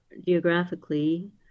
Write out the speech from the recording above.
geographically